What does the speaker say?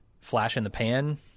flash-in-the-pan